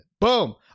boom